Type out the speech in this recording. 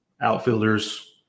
outfielders